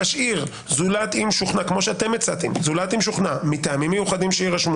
אני משאיר: "זולת אם שוכנע מטעמים מיוחדים שיירשמו